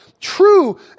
true